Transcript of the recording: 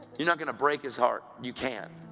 you're not going to break his heart you can't,